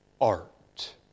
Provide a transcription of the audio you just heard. art